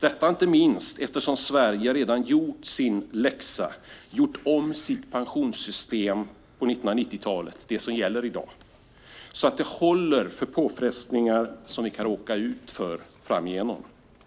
Det anser man inte minst eftersom Sverige redan har gjort sin läxa och på 1990-talet gjort om sitt pensionssystem - det är det som gäller i dag - så att det håller för påfrestningar som vi kan råka ut för framöver.